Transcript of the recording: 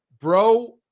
bro